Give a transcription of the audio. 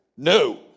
No